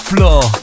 Floor